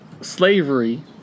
slavery